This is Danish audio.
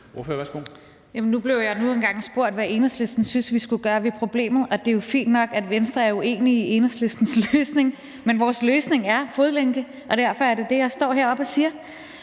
nu engang spurgt om, hvad Enhedslisten synes vi skulle gøre ved problemet. Det er jo fint nok, at Venstre er uenig i Enhedslistens løsning, men vores løsning er fodlænke, og derfor er det det, jeg står heroppe og siger;